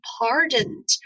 pardoned